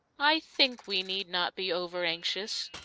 i think we need not be over-anxious.